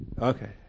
Okay